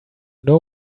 know